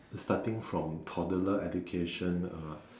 the starting from toddler education uh